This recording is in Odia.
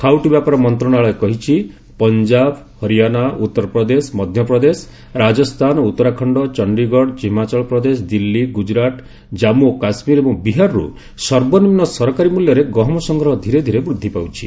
ଖାଉଟି ବ୍ୟାପାର ମନ୍ତ୍ରଣାଳୟ କହିଛି ପଞ୍ଜାବ ହରିୟାଣା ଉତ୍ତରପ୍ରଦେଶ ମଧ୍ୟପ୍ରଦେଶ ରାକସ୍ଥାନ ଉତ୍ତରାଖଣ୍ଡ ଚଣ୍ଡିଗଡ ହିମାଚଳ ପ୍ରଦେଶ ଦିଲ୍ଲୀ ଗୁଜରାଟ ଜାମ୍ମୁ ଓ କାଶ୍ମୀର ଏବଂ ବିହାରରୁ ସର୍ବନିମ୍ନ ସରକାରୀ ମୂଲ୍ୟରେ ଗହମ ସଂଗ୍ରହ ଧୀରେ ଧୀରେ ବୃଦ୍ଧି ପାଉଛି